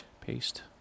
paste